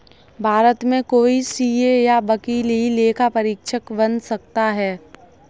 भारत में कोई सीए या वकील ही लेखा परीक्षक बन सकता है